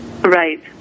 Right